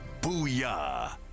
Booyah